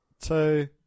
Two